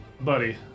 Buddy